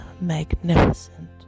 magnificent